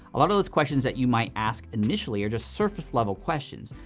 a lot of those questions that you might ask initially are just surface-level questions.